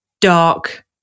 dark